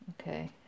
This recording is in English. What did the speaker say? Okay